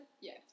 Yes